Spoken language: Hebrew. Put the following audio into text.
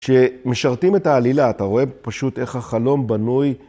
שמשרתים את העלילה אתה רואה פשוט איך החלום בנוי.